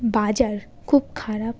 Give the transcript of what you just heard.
বাজার খুব খারাপ